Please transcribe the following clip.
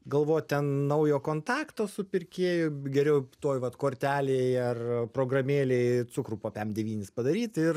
galvot ten naujo kontakto su pirkėju geriau tuoj vat kortelėj ar programėlėj cukrų po piam devynis padaryt ir